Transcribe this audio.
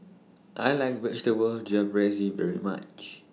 I like Vegetable Jalfrezi very much